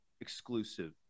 exclusive